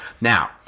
Now